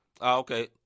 Okay